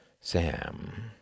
Sam